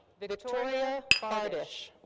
victoria bardusch.